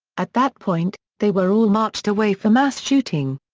at that point, they were all marched away for mass shooting.